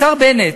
השר בנט,